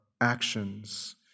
actions